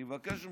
אני מבקש ממך,